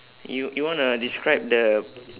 you you wanna describe the